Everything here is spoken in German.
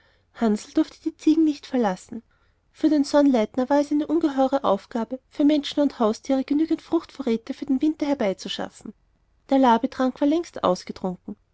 durfte die ziegen nicht verlassen für den sonnleitner war es eine ungeheure aufgabe für menschen und haustiere genügend fruchtvorräte für den winter herbeizuschaffen der labetrank war längst ausgetrunken